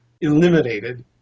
eliminated